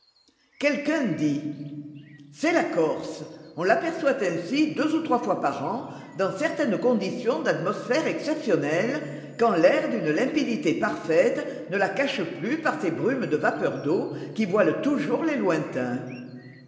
quelqu'un dit c'est la corse on l'aperçoit ainsi deux ou trois fois par an dans certaines conditions d'atmosphère exceptionnelles quand l'air d'une limpidité parfaite ne la cache plus par ces brumes de vapeur d'eau qui voilent toujours les lointains